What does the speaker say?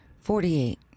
Forty-eight